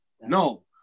No